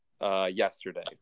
yesterday